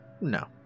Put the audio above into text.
No